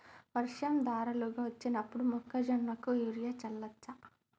వర్షం ధారలుగా వచ్చినప్పుడు మొక్కజొన్న కు యూరియా చల్లచ్చా?